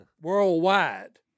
worldwide